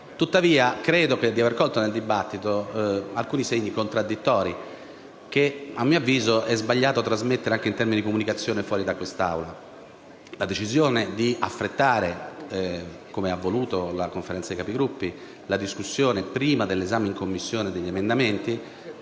Tuttavia, credo di aver colto nel dibattito alcuni segni contraddittori che, a mio avviso, è sbagliato trasmettere anche in termini di comunicazione fuori da quest'Aula. La decisione di affrettare - come ha voluto la Conferenza dei Capigruppo - la discussione prima dell'esame in Commissione degli emendamenti,